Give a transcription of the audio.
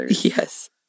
yes